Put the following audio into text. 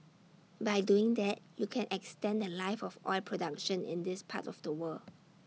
by doing that you can extend The Life of oil production in this part of the world